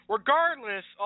Regardless